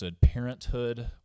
parenthood